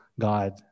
God